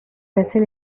passez